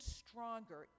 stronger